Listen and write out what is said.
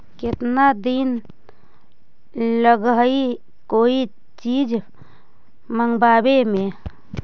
केतना दिन लगहइ कोई चीज मँगवावे में?